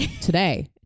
today